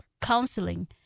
counseling